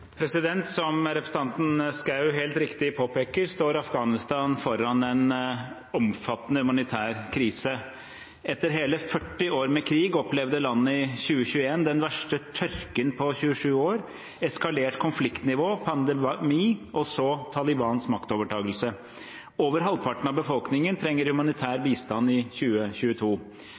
Som representanten Schou helt riktig påpeker, står Afghanistan foran en omfattende humanitær krise. Etter hele 40 år med krig opplevde landet i 2021 den verste tørken på 27 år, eskalert konfliktnivå, pandemi og så Talibans maktovertakelse. Over halvparten av befolkningen trenger humanitær bistand i 2022.